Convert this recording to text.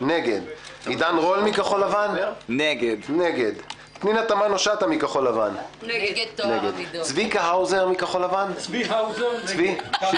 נגד עידן רול- נגד פנינה תמנו שטה- נגד צבי האוזר- נגד יש